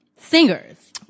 singers